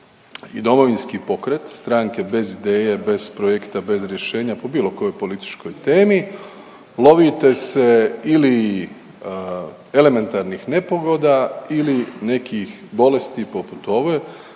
i Domovinski pokret, stranke bez ideje, bez projekta, bez rješenja po bilo kojoj političkoj temi lovite se ili elementarnih nepogoda ili nekih bolesti poput ove.